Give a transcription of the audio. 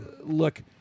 look